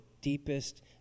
deepest